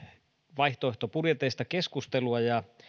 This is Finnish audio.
vaihtoehtobudjeteista keskustelua ja